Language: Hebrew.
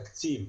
תקציב.